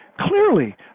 clearly